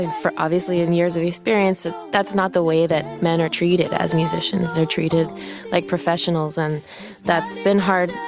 and obviously in years of experience, that that's not the way that men are treated as musicians. they're treated like professionals. and that's been hard.